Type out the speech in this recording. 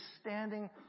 standing